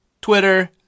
Twitter